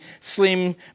slim